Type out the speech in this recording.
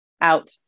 out